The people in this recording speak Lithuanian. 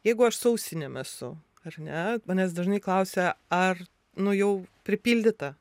jeigu aš su ausinėm esu ar ne manęs dažnai klausia ar nu jau pripildyta